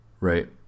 Right